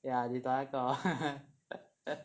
ya 你懂那个 hor